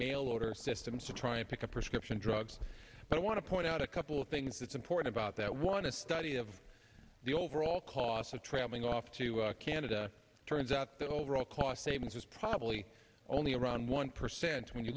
mail order systems to try and pick a prescription drugs but i want to point out a couple of things that's important about that one a study of the overall costs of traveling off to canada turns out the overall cost savings is probably only around one percent when you